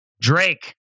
Drake